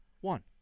One